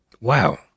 Wow